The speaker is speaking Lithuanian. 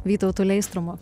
vytautu leistrumu